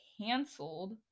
canceled